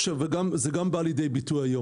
וזה גם בא לידי ביטוי היום.